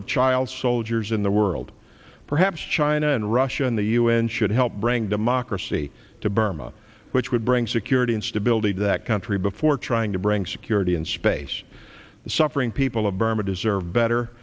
of child soldiers in the world perhaps china and russia and the un should help bring democracy to burma which would bring security and stability to that country before trying to bring security in space the suffering people of burma deserve better